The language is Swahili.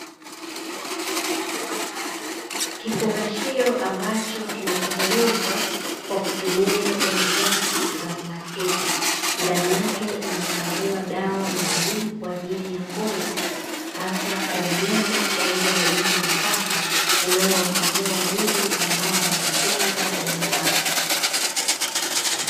Kifungashio ambacho kimetengenezwa kwa kutumia malighafi za plastiki, ndani yake inahifadhiwa dawa maalumu kwa ajili ya ngozi hasa kwa wanyama kama vile mbwa na paka, inayowaondolea wadudu ambao wanafyonza damu yao.